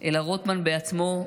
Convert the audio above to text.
אלא רוטמן בעצמו,